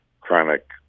chronic